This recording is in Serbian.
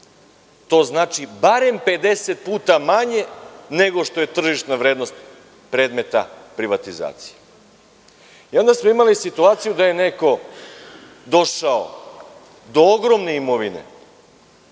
To znači barem pedeset puta manje, nego što je tržišna vrednost predmeta privatizacije. Imali smo situaciju da je neko došao do ogromne imovine